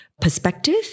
perspective